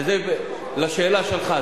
וזה עונה על השאלה שלך,